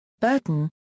Burton